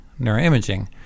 neuroimaging